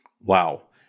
Wow